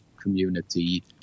community